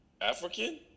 African